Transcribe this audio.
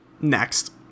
next